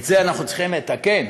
את זה אנחנו צריכים לתקן.